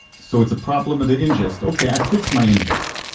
so it's a problem at the ingest. okay, i fixed my ingest.